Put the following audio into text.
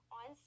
on